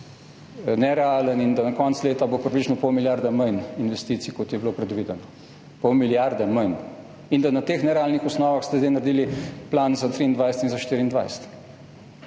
nerealen in da bo na koncu leta približno pol milijarde manj investicij, kot je bilo predvideno. Pol milijarde manj! In da ste na teh nerealnih osnovah zdaj naredili plan za 2023 in za 2024,